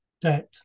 debt